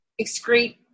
excrete